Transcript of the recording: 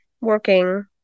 working